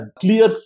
clear